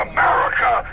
America